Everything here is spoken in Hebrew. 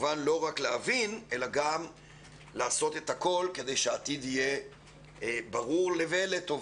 כמובן לא רק להבין אלא גם לעשות את הכול כדי שהעתיד יהיה ברור ולטובה.